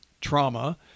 trauma